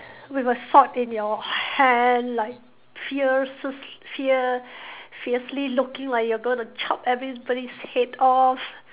with a sword in your hand like fiercest fear fiercely looking like you're going to chop everybody's head off